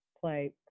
play